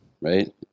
right